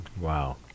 Wow